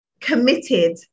committed